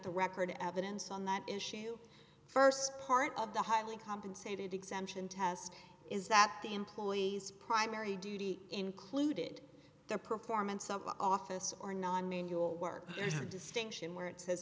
the record evidence on that issue st part of the highly compensated exemption test is that the employee's primary duty included the performance of office or non manual work there's a distinction where it says